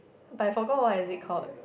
but I forgot what is it called